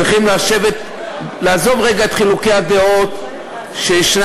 צריכים לעזוב רגע את חילוקי הדעות שישנם,